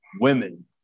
women